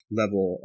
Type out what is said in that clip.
level